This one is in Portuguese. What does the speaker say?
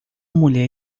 mulher